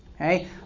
okay